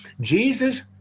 Jesus